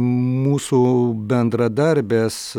mūsų bendradarbės